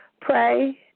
pray